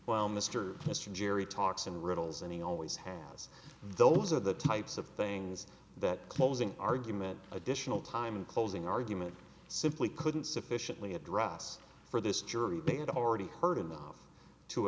while mr mr jerry talks in riddles and he always has those are the types of things that closing argument additional time closing argument simply couldn't sufficiently address for this jury they had already heard enough to